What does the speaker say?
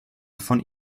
von